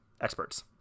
experts